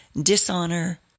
dishonor